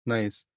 Nice